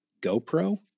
GoPro